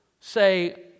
say